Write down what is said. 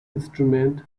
instruments